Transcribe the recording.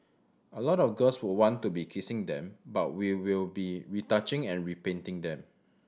a lot of girls would want to be kissing them but we will be retouching and repainting them